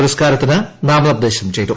പുരസ്കാരത്തിന് നാമനിർദ്ദേശം ചെയ്തു